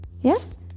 Yes